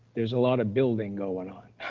there's a lot of building going on.